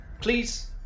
Please